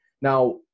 Now